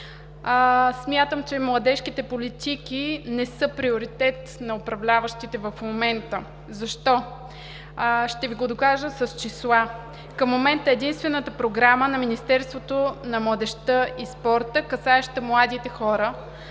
Смятам, че младежките политики не са приоритет на управляващите в момента. Защо? Ще Ви го докажа с числа. Към момента единствената програма на Министерството на младежта и спорта, касаеща младите хора,